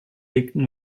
legten